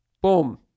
boom